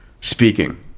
speaking